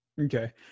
Okay